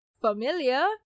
familiar